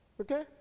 Okay